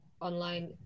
online